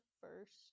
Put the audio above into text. first